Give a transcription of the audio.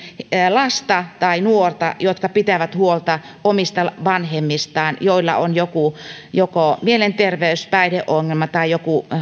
lasta tai nuorta jotka pitävät huolta omista vanhemmistaan joilla on joko mielenterveys päihdeongelma tai